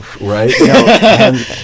right